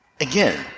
Again